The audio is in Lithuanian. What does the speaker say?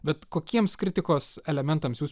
bet kokiems kritikos elementams jūs